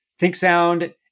ThinkSound